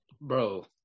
bro